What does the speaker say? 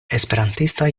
esperantista